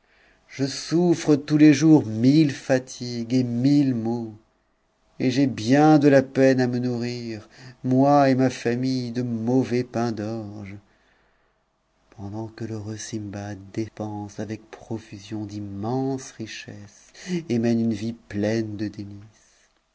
je souffre tous les jours millefatigues et mille maux et j'ai bien de la peine à me nourrir moi et ma famille de mauvais pain d'orge pendant que l'heureux sindbad dépend avec profusion d'immenses richesses et mène une vie pleine de délices